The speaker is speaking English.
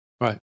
right